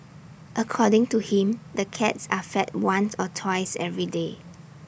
according to him the cats are fed once or twice every day